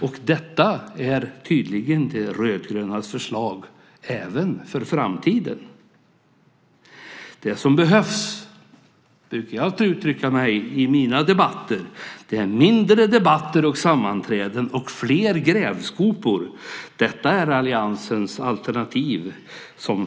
Och detta är tydligen de rödgrönas förslag även för framtiden. Det som behövs, vilket jag brukar uttrycka i de debatter som jag deltar i, är färre debatter och sammanträden och fler grävskopor. Detta är alliansens alternativ.